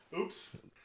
Oops